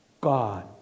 God